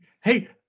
Hey